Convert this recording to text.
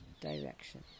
Direction